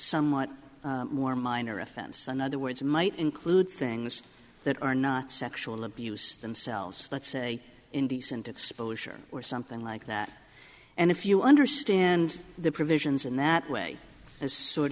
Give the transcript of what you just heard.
somewhat more minor offense and other words might include things that are not sexual abuse themselves let's say indecent exposure or something like that and if you understand the provisions in that way as sort